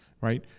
right